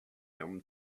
him